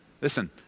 Listen